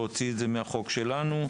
להוציא את זה מהחוק שלנו,